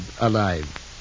alive